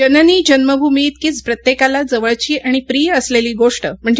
जननी जन्मभूमी इतकीच प्रत्येकाला जवळची आणि प्रिय असलेली गोष्ट म्हणजे